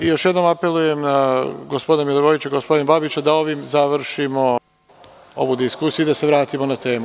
Još jednom apelujem na gospodina Milivojevića i gospodina Babića da ovim završimo ovu diskusiju i da se vratimo na temu.